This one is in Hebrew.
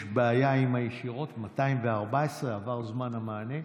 יש בעיה עם הישירות: 214, עבר זמן המענה.